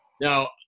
Now